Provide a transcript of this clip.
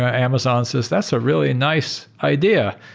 ah amazon says that's a really nice idea.